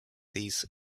these